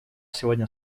сегодня